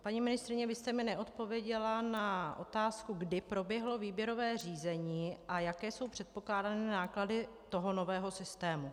Paní ministryně, vy jste mi neodpověděla na otázku, kdy proběhlo výběrové řízení a jaké jsou předpokládané náklady toho nového systému.